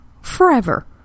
Forever